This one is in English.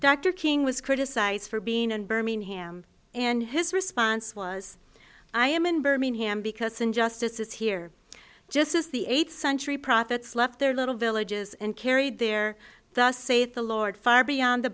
dr king was criticized for being in birmingham and his response was i am in birmingham because injustice is here just as the eighth century prophets left their little villages and carried their thus saith the lord far beyond the